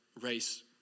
race